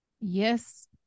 Yes